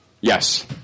Yes